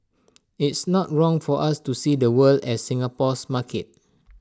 it's not wrong for us to see the world as Singapore's market